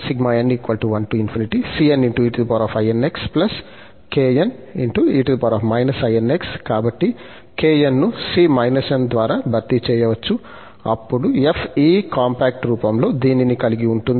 కాబట్టి kn ను c n ద్వారా భర్తీ చేయవచ్చు అప్పుడు f ఈ కాంపాక్ట్ రూపంలో దీనిని కలిగి ఉంటుంది